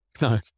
No